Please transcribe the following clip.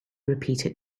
repeated